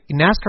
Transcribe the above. NASCAR